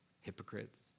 hypocrites